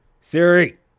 siri